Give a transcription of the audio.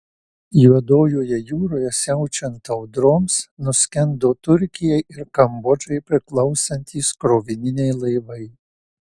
juodojoje jūroje siaučiant audroms nuskendo turkijai ir kambodžai priklausantys krovininiai laivai